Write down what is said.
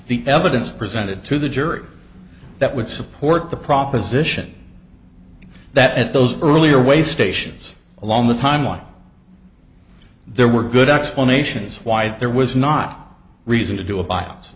the evidence presented to the jury that would support the proposition that at those earlier way stations along the timeline there were good explanations why there was not reason to do a b